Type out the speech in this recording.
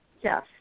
Yes